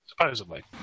Supposedly